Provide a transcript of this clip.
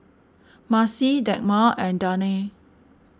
Marci Dagmar and Danae